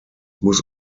muss